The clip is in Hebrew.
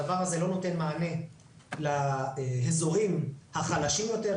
הדבר הזה לא נותן מענה לאזורים החלשים יותר,